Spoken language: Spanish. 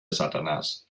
satanás